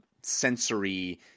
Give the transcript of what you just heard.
sensory